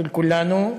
של כולנו,